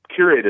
curated